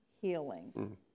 healing